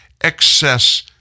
excess